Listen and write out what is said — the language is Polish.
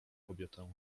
kobietę